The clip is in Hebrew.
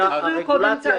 כי הרגולציה היא עצומה.